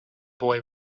boy